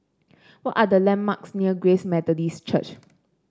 what are the landmarks near Grace Methodist Church